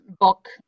book